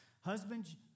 Husbands